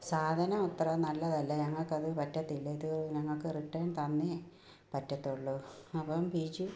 സാധനം അത്ര നല്ലതല്ല ഞങ്ങൾക്കത് പറ്റത്തില്ല ഇത് ഞങ്ങൾക്ക് റിട്ടേൺ തന്നെ പറ്റത്തൊള്ളൂ അപ്പം ബിജു